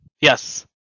Yes